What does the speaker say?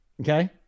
Okay